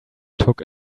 took